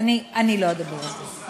אני לא אדבר על זה.